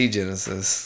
Genesis